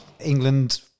England